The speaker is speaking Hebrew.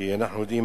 כי אנחנו יודעים